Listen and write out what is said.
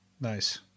Nice